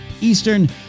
Eastern